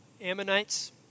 Ammonites